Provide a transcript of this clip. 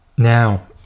Now